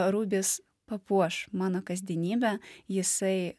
rubis papuoš mano kasdienybę jisai